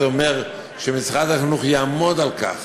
אז זה אומר שמשרד החינוך יעמוד על כך